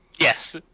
Yes